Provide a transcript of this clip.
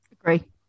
agree